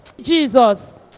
jesus